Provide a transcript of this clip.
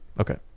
Okay